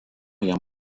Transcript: jam